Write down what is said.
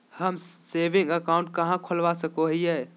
हम saving account कहाँ खोलवा सको हियै?